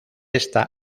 esta